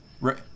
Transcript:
right